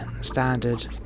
standard